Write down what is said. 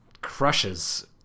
crushes